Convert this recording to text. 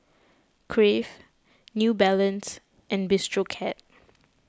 Crave New Balance and Bistro Cat